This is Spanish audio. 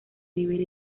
nivel